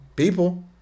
People